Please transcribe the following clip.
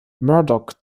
murdock